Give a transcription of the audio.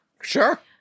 Sure